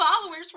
followers